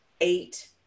eight